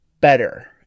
better